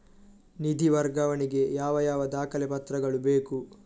ನಿಧಿ ವರ್ಗಾವಣೆ ಗೆ ಯಾವ ಯಾವ ದಾಖಲೆ ಪತ್ರಗಳು ಬೇಕು?